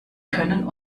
können